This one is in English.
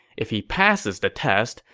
if he passes the test,